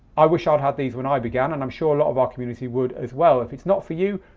i wish i'd had these when i began and i'm sure a lot of our community would as well. if it's not for you,